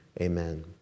Amen